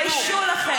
תתביישו לכם.